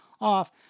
off